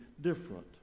different